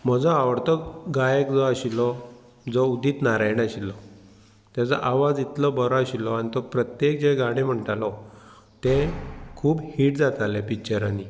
म्हजो आवडतो गायक जो आशिल्लो जो उदीत नारायण आशिल्लो तेजो आवाज इतलो बरो आशिल्लो आनी तो प्रत्येक जे गाणें म्हणटालो तें खूब हीट जातालें पिच्चरांनी